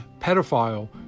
pedophile